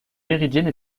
méridienne